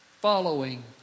Following